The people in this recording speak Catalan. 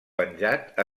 penjat